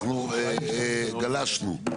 אנחנו גלשנו.